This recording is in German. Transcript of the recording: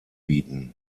bieten